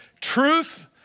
Truth